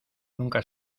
nunca